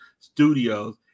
studios